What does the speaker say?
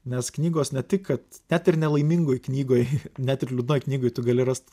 nes knygos ne tik kad net ir nelaimingoj knygoj net ir liūdnoj knygoj tu gali rast